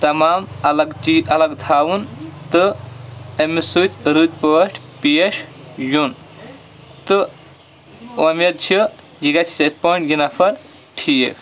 تمام الگ چھِ یہِ الگ تھاوُن تہٕ أمِس سۭتۍ رٕتۍ پٲٹھۍ پیش یُن تہٕ وۄمید چھِ یہِ گژھِ یِتھ پٲٹھۍ یہِ نَفر ٹھیٖک